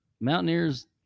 mountaineers